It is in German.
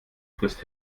frisst